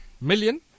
million